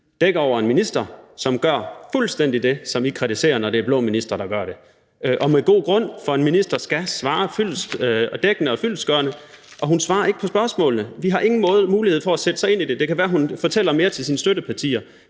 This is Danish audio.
dækker over en minister, som gør fuldstændig det, som I kritiserer, når det er blå ministre, der gør det – og med god grund, for en minister skal svare dækkende og fyldestgørende. Hun svarer ikke på spørgsmålene. Vi har ingen mulighed for at sætte os ind i det. Det kan være, hun fortæller mere til sine støttepartier,